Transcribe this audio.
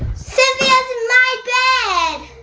so yeah my bed.